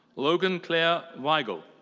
logan clare weigel.